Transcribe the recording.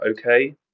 okay